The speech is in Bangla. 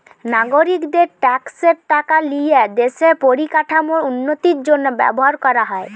নাগরিকদের ট্যাক্সের টাকা লিয়ে দেশের পরিকাঠামোর উন্নতির জন্য ব্যবহার করা হয়